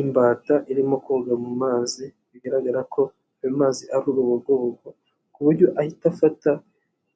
Imbata irimo koga mu mazi, bigaragara ko ayo mazi ari urubogobo ku buryo ahita afata